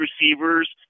receivers